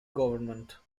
government